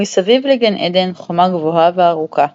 ומסביב לגן-עדן חומה גבוהה וארכה,